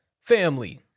family